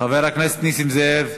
חבר הכנסת נסים זאב,